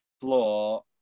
floor